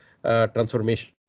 transformation